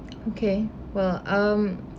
okay well um